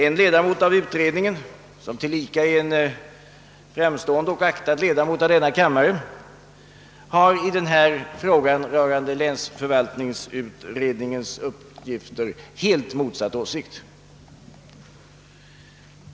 .» En ledamot av utredningen, som tillika är en framstående och aktad ledamot i denna kammare, har emellertid i fråga om länsförvaltningsutredningens uppgifter helt motsatt åsikt.